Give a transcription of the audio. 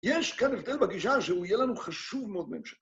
יש כאן הבדל בגישה שהוא יהיה לנו חשוב מאוד ממשיך.